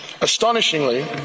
Astonishingly